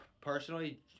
personally